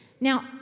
Now